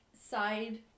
side